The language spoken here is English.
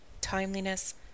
timeliness